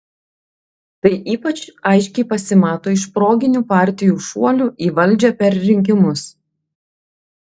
tai ypač aiškiai pasimato iš proginių partijų šuolių į valdžią per rinkimus